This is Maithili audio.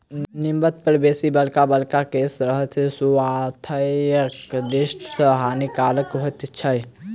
नितंब पर बेसी बड़का बड़का केश रहब स्वास्थ्यक दृष्टि सॅ हानिकारक होइत छै